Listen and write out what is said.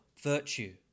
virtue